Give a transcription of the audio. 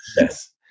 Yes